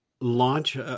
launch